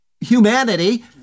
humanity